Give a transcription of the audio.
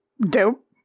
Dope